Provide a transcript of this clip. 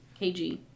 kg